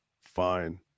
Fine